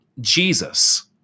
Jesus